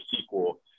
sequel